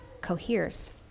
coheres